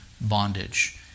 bondage